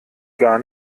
gar